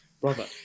Brother